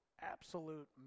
absolute